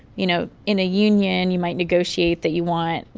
you know, in a union, you might negotiate that you want you